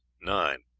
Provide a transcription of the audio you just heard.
nine.